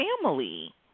family